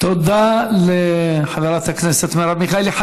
תודה לחברת הכנסת מרב מיכאלי.